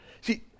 See